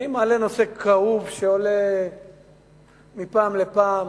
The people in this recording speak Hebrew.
אני מעלה נושא כאוב שעולה מפעם לפעם,